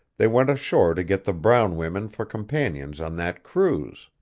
they went ashore to get the brown women for companions on that cruise.